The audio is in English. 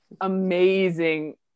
amazing